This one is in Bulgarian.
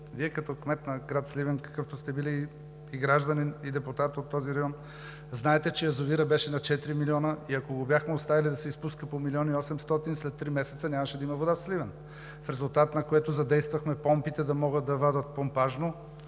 Вие, като кмет на Сливен, какъвто сте били, и гражданин, и депутат от този район, знаете, че язовирът беше на 4 милиона и ако го бяхме оставили да се изпуска по милион и 800, след три месеца нямаше да има вода в Сливен! В резултат на което задействахме помпите да могат да вадят помпажно